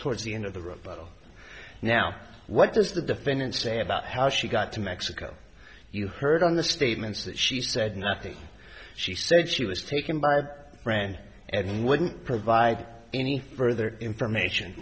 towards the end of the rebuttal now what does the defendant say about how she got to mexico you heard on the statements that she said nothing she said she was taken by a friend and wouldn't provide any further information